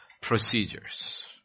procedures